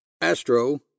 Astro